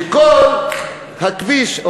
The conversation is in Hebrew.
שכל הכביש,